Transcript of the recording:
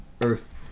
Earth